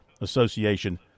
Association